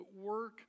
Work